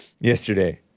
yesterday